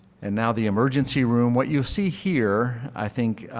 and now the emergency room, what you see here, i think